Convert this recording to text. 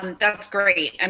um that's great. and